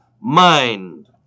mind